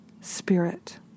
spirit